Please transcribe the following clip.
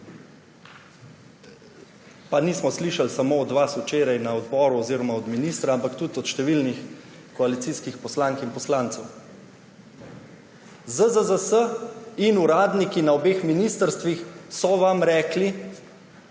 pa nismo slišali samo od vas včeraj na odboru oziroma od ministra, ampak tudi od številnih koalicijskih poslank in poslancev. ZZZS in uradniki na obeh ministrstvih so vam rekli,